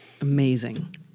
amazing